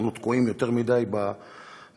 אנחנו תקועים יותר מדי בעצמנו,